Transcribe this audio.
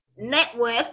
Network